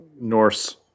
Norse